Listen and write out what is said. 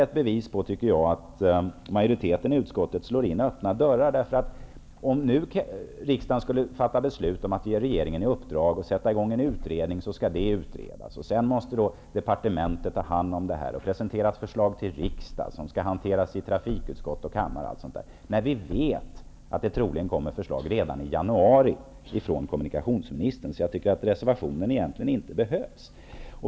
Jag tycker att detta är ytterligare ett bevis på att majoriteten i utskottet slår in öppna dörrar. Om riksdagen nu skulle besluta om att ge regeringen i uppdrag att sätta i gång en utredning, kommer denna att ta tid i anspråk. Sedan skall departementet presentera ett förslag för riksdagen, vilket skall behandlas i trafikutskottet och i kammaren. Samtidigt vet vi att det troligen redan i januari kommer ett förslag från kommunikationsministern. Jag tycker därför att reservationen egentligen inte behövs.